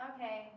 Okay